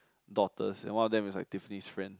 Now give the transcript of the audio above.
daughters and one of them is like Tiffany's friend